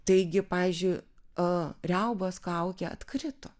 taigi pavyzdžiui a raubos kaukė atkrito